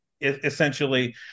essentially